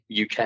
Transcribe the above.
UK